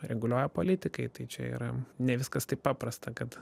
reguliuoja politikai tai čia yra ne viskas taip paprasta kad